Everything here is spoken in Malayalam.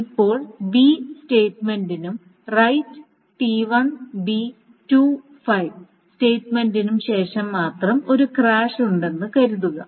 ഇപ്പോൾ B സ്റ്റേറ്റ്മെൻറിനുo റൈററ് T1 B 2 5 സ്റ്റേറ്റ്മെൻറിനുo ശേഷം മാത്രം ഒരു ക്രാഷ് ഉണ്ടെന്ന് കരുതുക